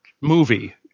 movie